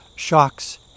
shocks